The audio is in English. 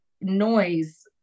noise